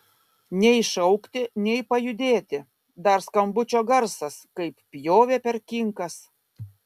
nei šaukti nei pajudėti dar skambučio garsas kaip pjovė per kinkas